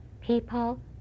people